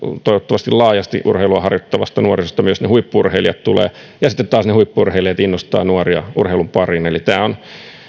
toivottavasti laajasti urheilua harjoittavasta nuorisosta myös ne huippu urheilijat tulevat ja sitten taas ne huippu urheilijat innostavat nuoria urheilun pariin eli tämä on